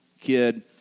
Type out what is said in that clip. kid